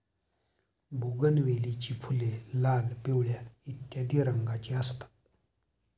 बोगनवेलीची फुले लाल, पिवळ्या इत्यादी रंगांची असतात